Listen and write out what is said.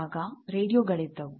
ಅವಾಗ ರೇಡಿಯೋ ಗಳಿದ್ದವು